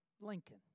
Lincoln